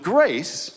Grace